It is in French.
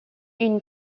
une